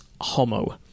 Homo